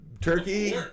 turkey